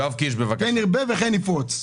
כן ירבה וכן יפרוץ.